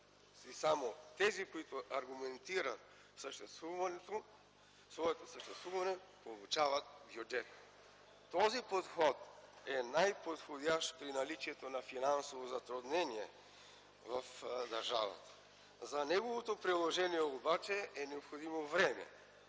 само тези, които аргументират своето съществуване, получават бюджет. Този подход е най-подходящ при наличието на финансови затруднения в държавата. За неговото приложение обаче е необходимо време,